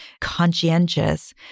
conscientious